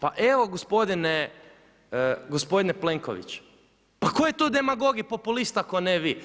Pa evo gospodine Plenković pa tko je tu demagog i populist ako ne vi?